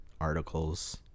articles